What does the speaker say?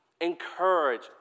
encourage